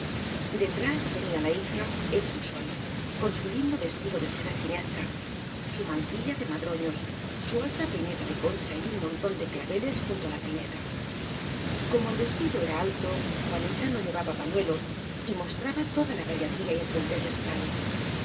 detrás venía la hija hecha un sol con su lindo vestido de seda chinesca su mantilla de madroños su alta peineta de concha y un montón de claveles junto á la pei neta como el vestido era alto juanita no llevaba pañuelo y mostraba toda la gallardía y esbeltez de su talle